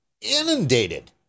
inundated